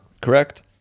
Correct